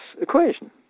equation